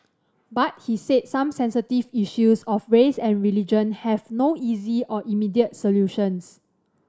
but he said some sensitive issues of race and religion have no easy or immediate solutions